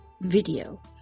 video